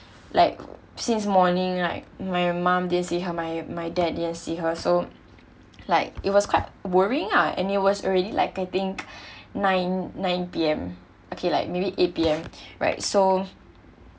like since morning like my mum didn't see her my my dad didn't see her so like it was quite worrying uh and it was already like I think nine nine P_M okay like maybe eight P_M right so